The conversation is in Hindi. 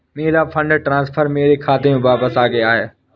मेरा फंड ट्रांसफर मेरे खाते में वापस आ गया है